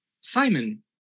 Simon